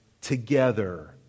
together